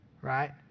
right